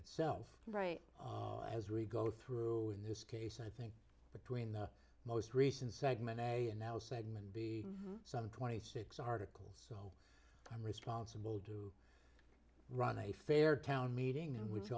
itself right as we go through in this case i think between the most recent segment a and now segment be some twenty six articles i'm responsible to run a fair town meeting in which